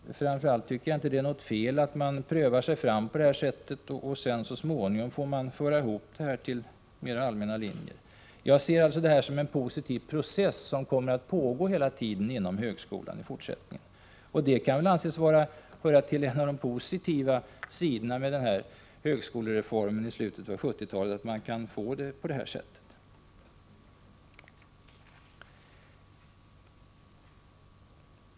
Framför allt tycker jag inte det är något fel i att pröva sig fram på detta sätt. Så småningom får man föra ihop dem till mera allmänna linjer. Jag ser alltså detta som en positiv process, som kommer att pågå hela tiden inom högskolan i fortsättningen. Det får väl anses höra till de mera positiva sidorna i högskolereformen i slutet av 1970-talet.